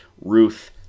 Ruth